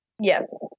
yes